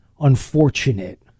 unfortunate